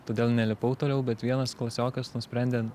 todėl nelipau toliau bet vienas klasiokas nusprendė